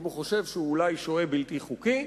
אם הוא חושב שהוא אולי שוהה בלתי חוקי,